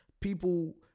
people